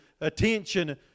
attention